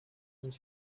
sind